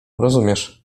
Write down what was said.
rozumiesz